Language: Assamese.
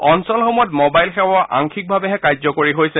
অঞ্চলসমূহত ম'বাইল সেৱাও আংশিকভাৱেহে কাৰ্যকৰী হৈছে